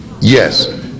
Yes